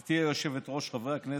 גברתי היושבת-ראש, חברי הכנסת,